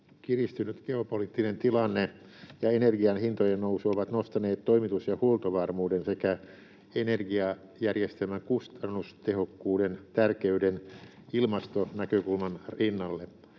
kiristynyt geopoliittinen tilanne ja energian hintojen nousu ovat nostaneet toimitus- ja huoltovarmuuden sekä energiajärjestelmän kustannustehokkuuden tärkeyden ilmastonäkökulman rinnalle.